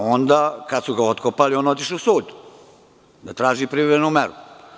Onda, kada su ga otkopali, on otišao u sud da traži privremenu meru.